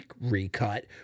recut